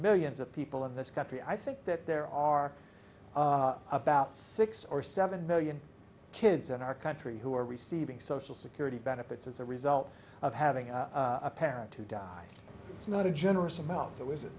millions of people in this country i think that there are about six or seven million kids in our country who are receiving social security benefits as a result of having a parent to die it's not a generous amount